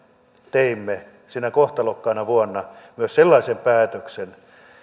teimme sinä kohtalokkaana vuonna myös sellaisen päätöksen